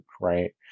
right